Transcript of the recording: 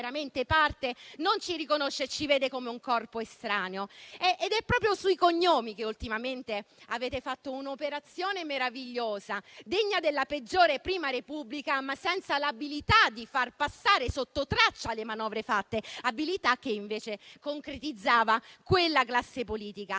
non ci riconosce e ci vede come un corpo estraneo. È proprio sui cognomi che ultimamente avete fatto un'operazione meravigliosa, degna della peggiore prima Repubblica, ma senza l'abilità di far passare sotto traccia le manovre fatte; abilità che invece concretizzava quella classe politica.